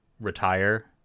retire